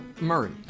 Murray